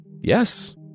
Yes